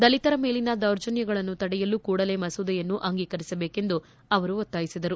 ದಲಿತರ ಮೇಲಿನ ದೌರ್ಜನ್ಗಳನ್ನು ತಡೆಯಲು ಕೂಡಲೇ ಮಸೂದೆಯನ್ನು ಅಂಗೀಕರಿಸಬೇಕೆಂದು ಅವರು ಒತ್ತಾಯಿಸಿದರು